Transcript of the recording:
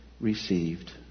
received